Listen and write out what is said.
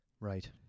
Right